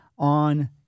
on